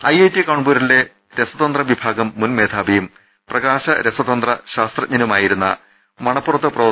IIT കാൺപൂരിലെ രസതന്ത്ര വിഭാഗം മുൻ മേധാവിയും പ്രകാശ രസതന്ത്ര ശാസ്ത്രജ്ഞനുമായിരുന്ന മണപ്പുറത്ത് പ്രൊഫ